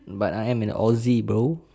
but I am an aussie bro